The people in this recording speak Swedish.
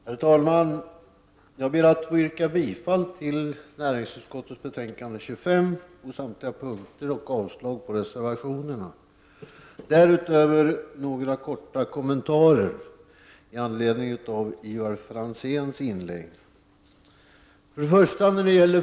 Herr talman! Jag ber att få yrka bifall till hemställan i näringsutskottets betänkande 25 på samtliga punkter och avslag på reservationerna. Därutöver vill jag göra några korta kommentarer med anledning av Ivar Franzéns inlägg.